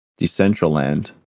Decentraland